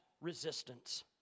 resistance